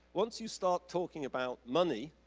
once you start talking about money,